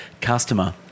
customer